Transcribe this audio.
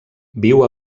viu